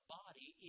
body